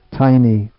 tiny